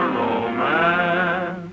romance